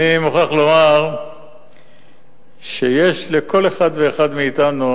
אני מוכרח לומר שיש לכל אחד ואחד מאתנו